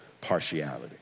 partiality